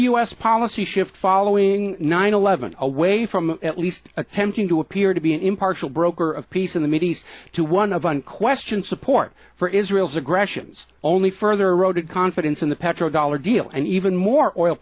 s policy shift following nine eleven away from at least attempting to appear to be an impartial broker of peace in the middle east to one of on question support for israel's aggressions only further eroded confidence in the petro dollar deal and even more oil